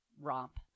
romp